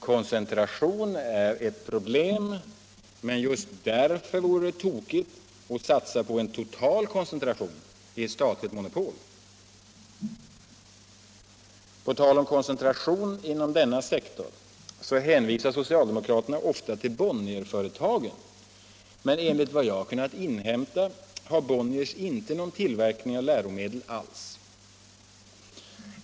Koncentration är ett problem, men just därför vore det tokigt att satsa på en total koncentration i ett statligt monopol. På tal om koncentration inom denna sektor hänvisar socialdemokraterna ofta till Bonnierföretagen. Men enligt vad jag kunnat inhämta har Bonniers inte någon tillverkning av läromedel alls.